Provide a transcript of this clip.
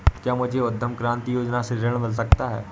क्या मुझे उद्यम क्रांति योजना से ऋण मिल सकता है?